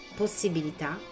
possibilità